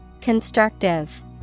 Constructive